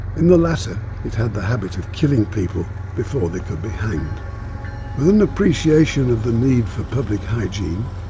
in the latter it had the habit of killing people before they could be hanged. with an appreciation of the need for public hygiene,